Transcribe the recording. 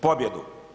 Pobjedu.